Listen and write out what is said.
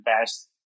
best